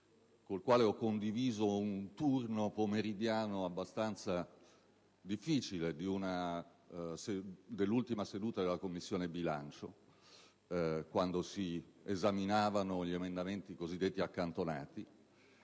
il quale ho condiviso un turno pomeridiano abbastanza difficile nell'ultima seduta della Commissione bilancio in sede di esame degli emendamenti accantonati